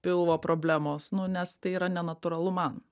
pilvo problemos nu nes tai yra nenatūralu man